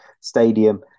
Stadium